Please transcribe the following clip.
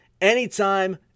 anytime